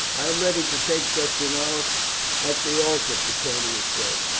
i am ready to take such an oath at the altar, petronius said.